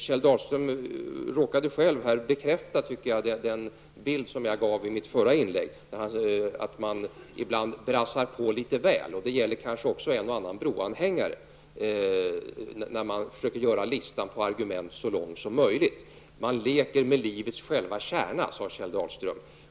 Kjell Dahlström råkade själv bekräfta den bild som jag gav i mitt förra inlägg, nämligen att man ibland brassar på litet väl mycket. Det kanske gäller också en och annan broanhängare när man försöker göra listan på argument så lång som möjligt. Man leker med livets själva kärna, sade Kjell Dahlström.